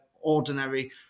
ordinary